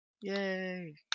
Yay